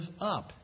up